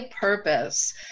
purpose